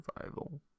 survival